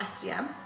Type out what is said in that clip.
FDM